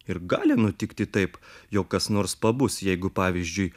ir gali nutikti taip jog kas nors pabus jeigu pavyzdžiui